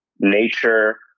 nature